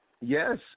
Yes